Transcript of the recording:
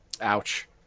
Ouch